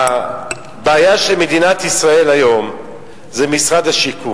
הבעיה של מדינת ישראל היום זה משרד השיכון.